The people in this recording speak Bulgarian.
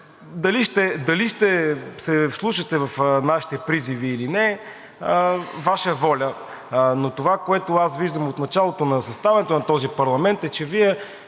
дали ще се вслушате в нашите призиви или не, Ваша воля, но това, което аз виждам от началото на съставянето на този парламент, е, че Вие